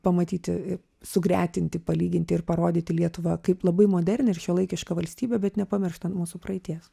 pamatyti sugretinti palyginti ir parodyti lietuvą kaip labai modernią ir šiuolaikišką valstybę bet nepamirštant mūsų praeities